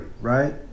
right